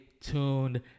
tuned